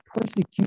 persecution